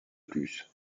plus